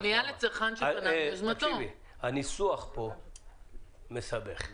הניסוח פה מסבך.